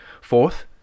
Fourth